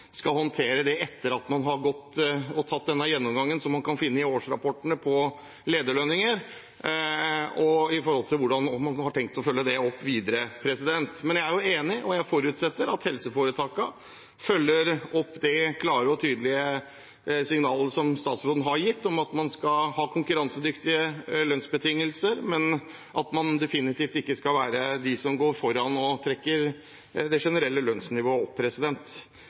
skal håndtere det etter at man har tatt denne gjennomgangen – som man kan finne i årsrapportene – av lederlønninger, og hvordan man har tenkt å følge det opp videre. Men jeg er jo enig, og jeg forutsetter at helseforetakene følger opp det klare og tydelige signalet som statsråden har gitt, om at man skal ha konkurransedyktige lønnsbetingelser, men at man definitivt ikke skal være den som går foran og trekker det generelle lønnsnivået opp.